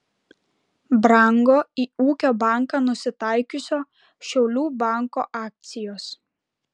brango į ūkio banką nusitaikiusio šiaulių banko akcijos